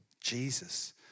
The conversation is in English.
Jesus